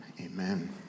Amen